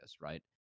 right